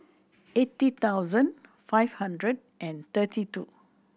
eighty thousand five hundred and thirty two